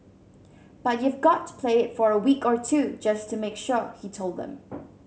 but you've got to play it for a week or two just to make sure he told them